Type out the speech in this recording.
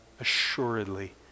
assuredly